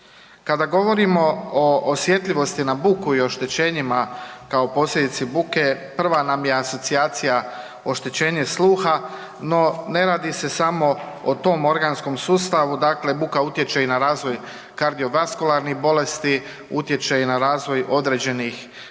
Kada govorimo o osjetljivosti na budu i oštećenjima, kao posljedici buke, prva nam je asocijacija oštećenje sluha, no, ne radi se samo o tome organskom sustavu, dakle, buka utječe i na razvoj kardiovaskularnih bolesti, utječe i na razvoj određenih psihičkih